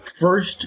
first